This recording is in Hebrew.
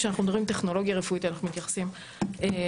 כשאנחנו מדברים על טכנולוגיה רפואית אנחנו מתייחסים לתרופות,